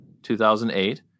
2008